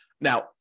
Now